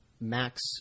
max